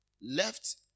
left